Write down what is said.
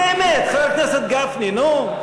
באמת, חבר הכנסת גפני, נו.